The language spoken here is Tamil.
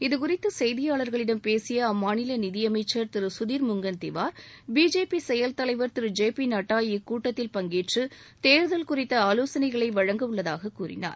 இதுகுறித்து செய்தியாளர்களிடம் பேசிய அம்மாநில நிதியஸமச்சர் திரு சுதிர் முங்கன் திவார் பிஜேபி செயல் தலைவர் திரு ஜே பி நட்டா இக்கூட்டத்தில் பங்கேற்று தேர்தல் குறித்து ஆலோசளை வழங்கவுள்ளதாகக் கூறினார்